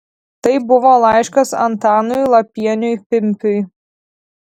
tai buvo laiškas antanui lapieniui pimpiui